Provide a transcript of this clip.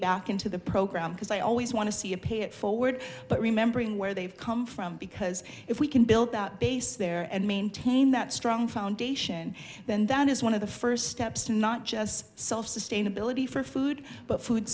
back into the program because i always want to see a pay it forward but remembering where they've come from because if we can build that base there and maintain that strong foundation then that is one of the first steps not just self sustainability for food but food